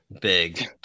Big